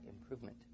improvement